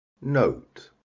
Note